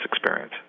experience